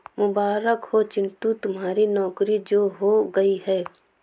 मुबारक हो चिंटू तुम्हारी नौकरी जो हो गई है